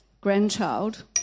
grandchild